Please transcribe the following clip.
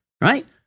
right